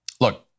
look